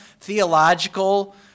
theological